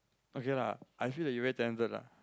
okay lah I feel that you very tempted lah